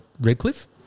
Redcliffe